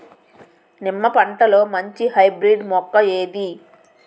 నిమ్మ పంటలో మంచి హైబ్రిడ్ మొక్క ఏది?